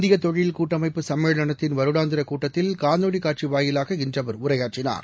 இந்திய தொழில் கூட்டமைப்பு சும்மேளனத்தின் வருடாந்திர கூட்டத்தில் காணொலி காட்சி வாயிலாக இன்று அவர் உரையாற்றினார்